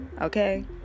okay